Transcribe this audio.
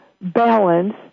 balance